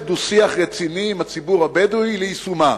דו-שיח רציני עם הציבור הבדואי ליישום,